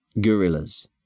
Gorillas